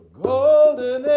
golden